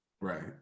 right